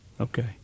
Okay